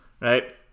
right